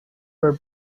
were